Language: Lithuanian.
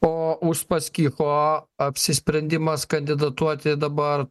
o uspaskicho apsisprendimas kandidatuoti dabar